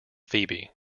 phoebe